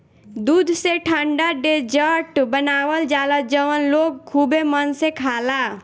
दूध से ठंडा डेजर्ट बनावल जाला जवन लोग खुबे मन से खाला